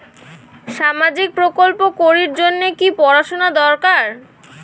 সামাজিক প্রকল্প করির জন্যে কি পড়াশুনা দরকার?